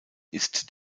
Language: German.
ist